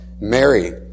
Mary